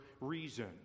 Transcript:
reason